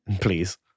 Please